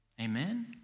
Amen